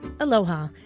Aloha